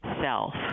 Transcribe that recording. self